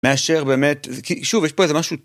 מאשר באמת, שוב יש פה איזה משהו